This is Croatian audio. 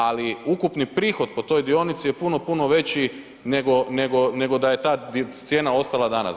Ali ukupni prihod po toj dionici je puno, puno veći nego da je ta cijena ostala danas.